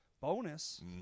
bonus